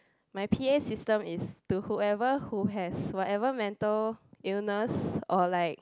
my p_a system is to whoever who has whatever mental illness or like